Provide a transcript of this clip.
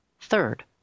third